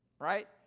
Right